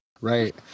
right